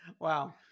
Wow